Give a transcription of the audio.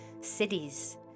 cities